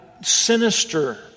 sinister